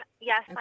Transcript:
Yes